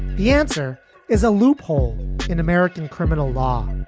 the answer is a loophole in american criminal law.